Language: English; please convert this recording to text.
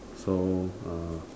so uh